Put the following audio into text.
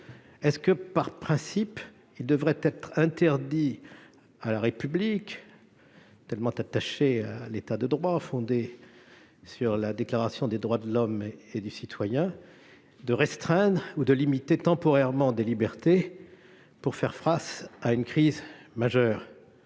interdit par principe à la République, tellement attachée qu'elle est à l'État de droit fondé sur la Déclaration des droits de l'homme et du citoyen, de restreindre ou de limiter temporairement des libertés pour faire face à une crise majeure ?